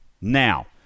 Now